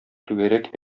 түгәрәк